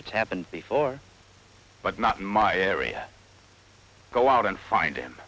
it's happened before but not in my area go out and find him